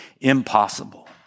impossible